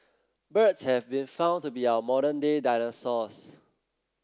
birds have been found to be our modern day dinosaurs